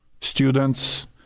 Students